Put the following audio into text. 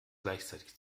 gleichzeitig